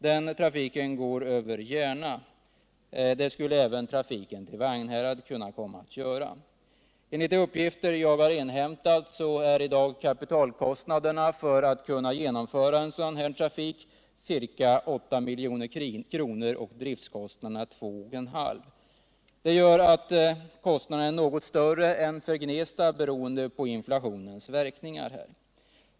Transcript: Denna trafik går över Järna, och det skulle även trafiken till Vagnhärad kunna komma att göra. Enligt uppgifter som jag har inhämtat är i dag kapitalkostnaderna för att kunna genomföra sådan trafik ca 8 milj.kr. och driftkostnaderna 2,5 milj.kr. Detta gör att kostnaderna blir något större än för Gnesta, beroende på inflationens verkningar.